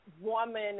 woman